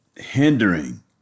hindering